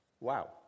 Wow